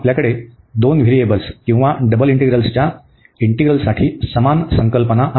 आपल्याकडे दोन व्हेरिएबल्स किंवा डबल इंटीग्रल्सच्या इंटीग्रलसाठी समान संकल्पना आहे